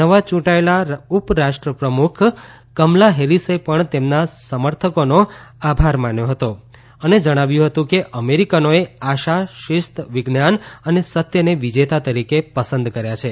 નવા ચૂંટાયેલા ઉપરાષ્ટ્રપ્રમુખ કમલા હેરિસે પણ તેમના સમર્થકોનો આભાર માન્યો હતો અને જણાવ્યું હતું કે અમેરીકનોએ આશા શિસ્ત વિજ્ઞાન અને સત્યને વિજેતા તરીકે પસંદ કર્યા છે